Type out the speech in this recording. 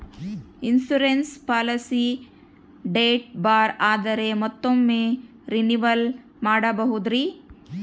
Insurance policy date ಬಾರ್ ಆದರೆ ಮತ್ತೊಮ್ಮೆ ರಿನಿವಲ್ ಮಾಡಬಹುದ್ರಿ?